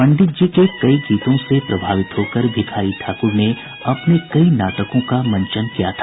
पंडित जी के कई गीतों से प्रभावित होकर भिखारी ठाकूर ने अपने कई नाटकों का मंचन किया था